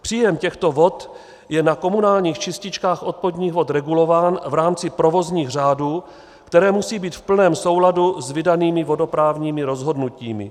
Příjem těchto vod je na komunálních čističkách odpadních vod regulován v rámci provozních řádů, které musí být v plném souladu s vydanými vodoprávními rozhodnutími.